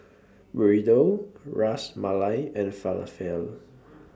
Burrito Ras Malai and Falafel